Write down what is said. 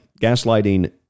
Gaslighting